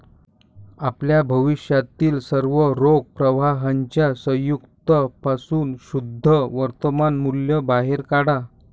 आपल्या भविष्यातील सर्व रोख प्रवाहांच्या संयुक्त पासून शुद्ध वर्तमान मूल्य बाहेर काढा